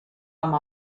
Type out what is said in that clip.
amb